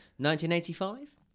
1985